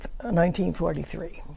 1943